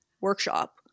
workshop